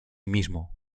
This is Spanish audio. mismo